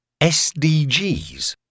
SDGs